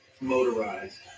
motorized